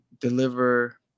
deliver